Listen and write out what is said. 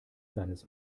seines